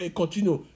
continue